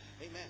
Amen